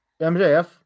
MJF